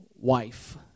wife